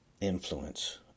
influence